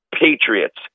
patriots